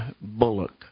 bullock